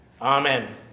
Amen